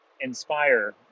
inspire